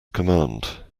command